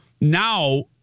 now